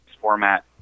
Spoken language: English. format